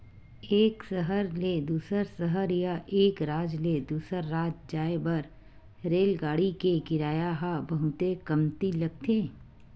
एक सहर ले दूसर सहर या एक राज ले दूसर राज जाए बर रेलगाड़ी के किराया ह बहुते कमती लगथे